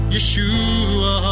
Yeshua